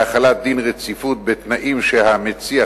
להחלת דין רציפות בתנאים שהמציע,